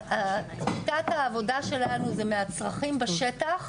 שיטת העבודה שלנו זה מהצרכים בשטח,